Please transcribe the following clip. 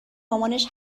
مامانش